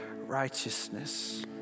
righteousness